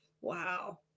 Wow